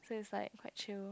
but it's like at you